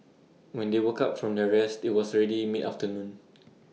when they woke up from their rest IT was already mid afternoon